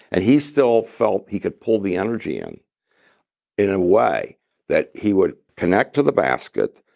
and he still felt he could pull the energy in in a way that he would connect to the basket,